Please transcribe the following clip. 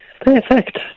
perfect